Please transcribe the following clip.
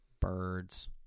birds